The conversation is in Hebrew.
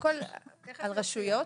על רשויות?